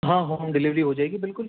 ہاں home delivery ہو جائےگی بالکل